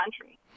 country